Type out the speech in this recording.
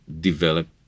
develop